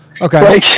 Okay